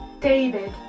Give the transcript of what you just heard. David